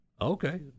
okay